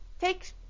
take